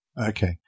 Okay